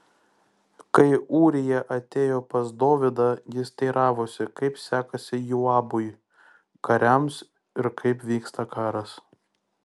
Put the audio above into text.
kai ūrija atėjo pas dovydą jis teiravosi kaip sekasi joabui kariams ir kaip vyksta karas